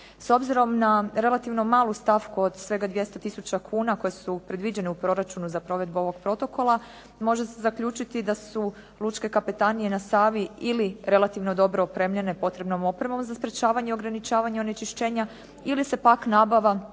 S obzirom na relativno malu stavku od svega 200 tisuća kuna koje su predviđene u proračunu za provedbu ovog protokola, može se zaključiti da su lučke kapetanije na Savi ili relativno dobro opremljene potrebnom opremom za sprečavanje i ograničavanje onečišćenja ili se pak nabava te